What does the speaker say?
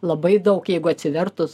labai daug jeigu atsivertus